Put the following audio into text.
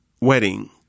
wedding